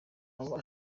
aba